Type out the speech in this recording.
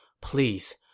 Please